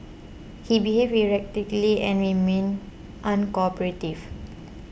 he behaved erratically and remained uncooperative